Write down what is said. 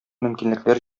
мөмкинлекләр